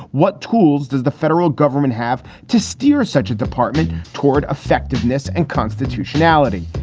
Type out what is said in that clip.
what tools does the federal government have to steer such a department toward effectiveness and constitutionality?